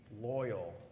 loyal